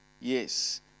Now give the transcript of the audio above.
Yes